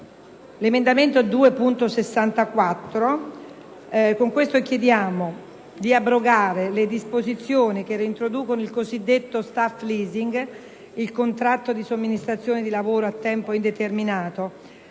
l'emendamento 2.64 chiediamo di abrogare le disposizioni che reintroducono il cosiddetto *staff leasing*, il contratto di somministrazione di lavoro a tempo indeterminato,